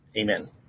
Amen